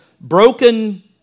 broken